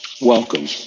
welcome